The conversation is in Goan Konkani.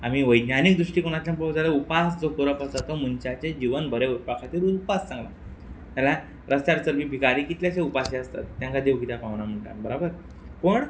आमी वैज्ञानीक दृश्टीकोनांतल्यान पळोवन जाल्या उपास जो करप आसा तो मनशाचें जिवन बरें उरपा खातीर उपास सांगलां रा रस्त्यार चलपी भिकारी कितलेशे उपाशी आसतात तांकां देव किद्या पावना म्हणटा आमी बराबर पण